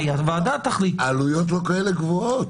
העלויות לא כאלה גבוהות.